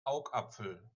augapfel